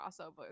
crossover